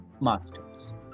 masters